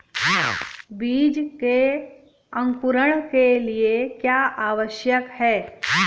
बीज के अंकुरण के लिए क्या आवश्यक है?